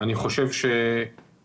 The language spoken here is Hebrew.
אני חושב שהשאלה